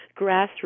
grassroots